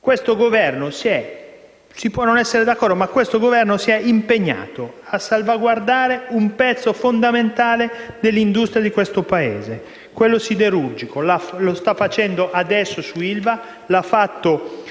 questo Governo si è impegnato a salvaguardare un pezzo fondamentale dell'industria di questo Paese, quello siderurgico; lo sta facendo adesso su ILVA e l'ha fatto